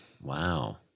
Wow